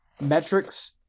metrics